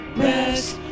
rest